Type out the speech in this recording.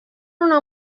una